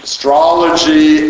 Astrology